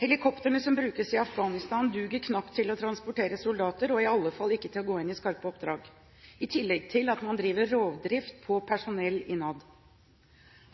Helikoptrene som brukes i Afghanistan, duger knapt til å transportere soldater og i alle fall ikke til å gå inn i skarpe oppdrag. I tillegg driver man rovdrift på personell innad.